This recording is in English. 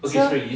so